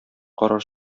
карар